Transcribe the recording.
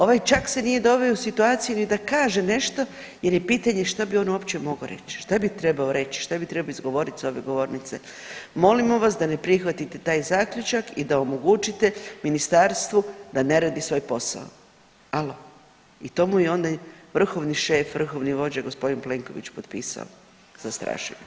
Ovaj čak se nije doveo u situaciju ni da kaže nešto jer je pitanje što bi on uopće mogao reć, šta bi trebao reć, šta bi trebao izgovorit s ove govornice, molimo vas da ne prihvatite taj zaključak i da omogućite ministarstvu da ne radi svoj posao, alo i to mu je onda vrhovi šef, vrhovni vođa g. Plenković potpisao, zastrašujuće.